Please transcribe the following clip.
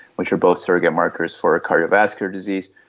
which are both surrogate markers for cardiovascular disease.